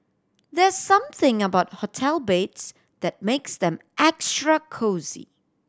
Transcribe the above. there's something about hotel beds that makes them extra cosy